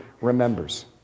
remembers